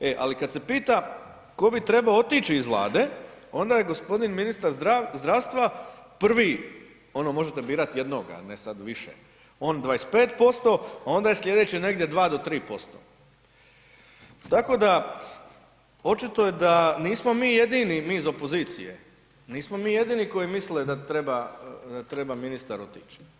E ali kada se pita tko bi trebao otići iz Vlade onda je gospodin ministar zdravstva prvi ono možete birati jednoga, a ne sada više, on 25%, a onda je sljedeće negdje 2 do 3%, tako da očito je da mi nismo jedini mi iz opozicije, nismo mi jedini koji misle da treba ministar otići.